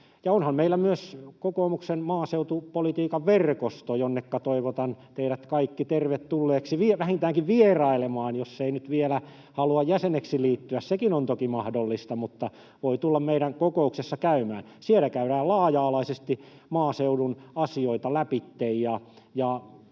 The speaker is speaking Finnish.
onhan meillä myös kokoomuksen maaseutupolitiikan verkosto, jonneka toivotan teidät kaikki tervetulleiksi vähintäänkin vierailemaan, jos ei nyt vielä halua jäseneksi liittyä. [Ritva Elomaa: Kiitos!] Sekin on toki mahdollista, mutta voi tulla meidän kokouksessa käymään. Siellä käydään laaja-alaisesti maaseudun asioita läpi,